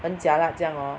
很 jialat 这样 orh